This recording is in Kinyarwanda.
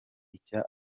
icyo